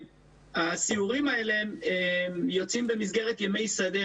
הסיורים האלה יוצאים במסגרת ימי שדה,